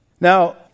Now